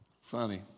Funny